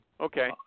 Okay